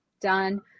done